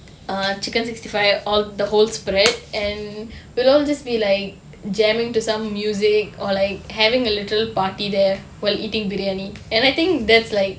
err chicken sixty five um the whole spread and we all just be like jamming to some music or like having a little party there while eating briyani and I think that's like